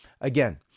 Again